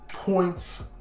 points